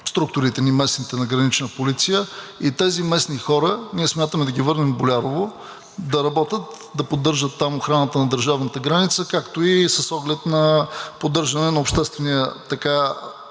структури на „Гранична полиция“ и тези местни хора ние смятаме да ги върнем в Болярово да работят, да поддържат там охраната на държавната граница, както и с оглед на поддържане на това